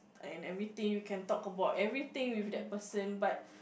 and everything you can talk about everything with that person but